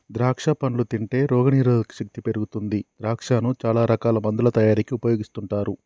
ద్రాక్షా పండ్లు తింటే రోగ నిరోధక శక్తి పెరుగుతుంది ద్రాక్షను చాల రకాల మందుల తయారీకి ఉపయోగిస్తుంటారు